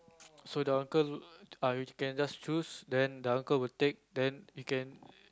so the uncle uh are you can just choose then the uncle will take then you can